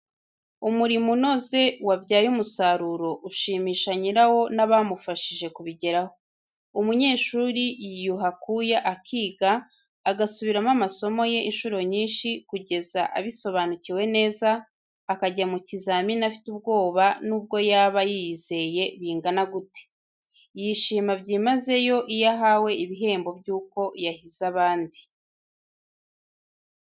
Umurimo unoze wabyaye umusaruro ushimisha nyirawo n'abamufashije kubigeraho. Umunyeshuri yiyuha akuya akiga, agasubiramo amasomo ye inshuro nyinshi, kugeza abisobanukiwe neza, akajya mu kizamini afite ubwoba n'ubwo yaba yiyizeye bingana gute! Yishima byimazeyo iyo ahawe ibihembo by'uko yahize abandi.